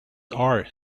are